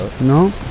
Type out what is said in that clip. No